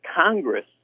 Congress